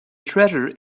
treasure